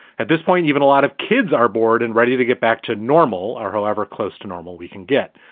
at this point, even a lot of kids are bored and ready to get back to normal or however close to normal we can get.